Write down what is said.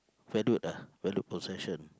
valued ah valued possession